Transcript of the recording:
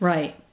Right